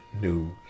new